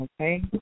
Okay